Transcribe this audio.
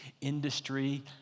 industry